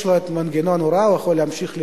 יש לו מנגנון ההוראה, הוא יכול להמשיך ללמד,